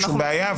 אין שום בעיה.